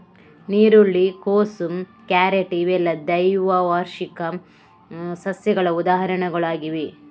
ನೀರುಳ್ಳಿ, ಕೋಸು, ಕ್ಯಾರೆಟ್ ಇವೆಲ್ಲ ದ್ವೈವಾರ್ಷಿಕ ಸಸ್ಯಗಳ ಉದಾಹರಣೆಗಳು ಆಗಿವೆ